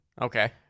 Okay